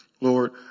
Lord